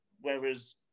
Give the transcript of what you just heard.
whereas